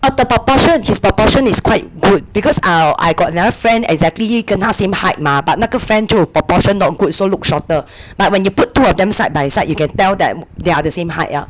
oh the proportion his proportion is quite good because uh I got another friend exactly kenna same height mah but 那个 friend 就 proportion not good so look shorter but when you put two of them side by side you can tell that they are the same height ah